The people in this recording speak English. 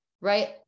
right